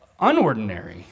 unordinary